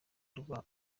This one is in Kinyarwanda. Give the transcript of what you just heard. rwa